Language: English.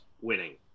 winning